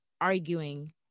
arguing